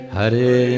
Hare